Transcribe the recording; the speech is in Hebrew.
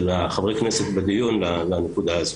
של חברי הכנסת בדיון לנקודה הזאת.